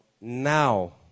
now